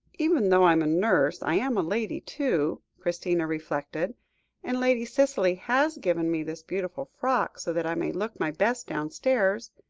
even though i am a nurse, i am a lady, too, christina reflected and lady cicely has given me this beautiful frock, so that i may look my best downstairs,